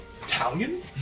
Italian